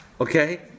Okay